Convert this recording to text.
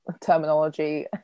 terminology